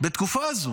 בתקופה הזו.